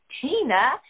Tina